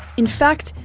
in fact,